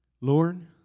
Lord